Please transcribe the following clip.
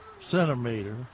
centimeter